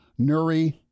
Nuri